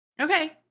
Okay